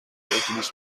اتوبوس